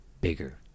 bigger